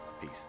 Peace